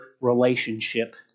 relationship